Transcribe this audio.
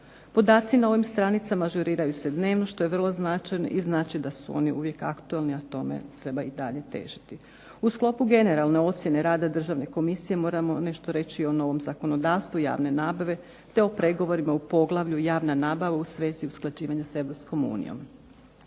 Podaci na ovim stranicama ažuriraju se dnevno što je vrlo značajno i znači da su oni uvijek aktualni, a tome treba i dalje težiti. U sklopu generalne ocjene rada Državne komisije moramo nešto reći i o novom zakonodavstvu javne nabave te o pregovorima u Poglavlju – Javna nabava u svezi usklađivanja s EU. Novo